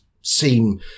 seem